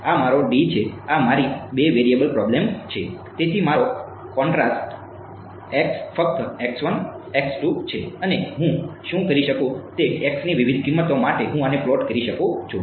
આ મારો D છે આ મારી બે વેરિયેબલ પ્રોબ્લેમ છે તેથી મારો કોન્ટ્રાસ્ટ ફક્ત છે અને હું શું કરી શકું તે ની વિવિધ કિંમતો માટે હું આને પ્લોટ કરી શકું છું